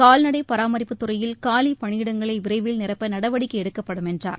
கால்நடை பராமரிப்புத்துறையில் காலிப்பணியிடங்களை விரைவில் நிரப்ப நடவடிக்கை எடுக்கப்படும் என்றார்